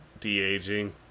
de-aging